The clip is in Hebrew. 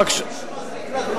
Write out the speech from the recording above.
אפשר להוסיף את הצבעתו?